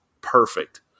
perfect